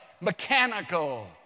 mechanical